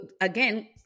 Again